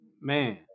Man